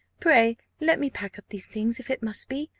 pray let me pack up these things, if it must be.